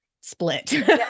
split